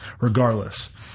regardless